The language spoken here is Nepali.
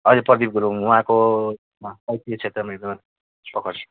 अहिले प्रदिप गुरुङ उहाँको साहित्य क्षेत्रमा हेर्दा पकड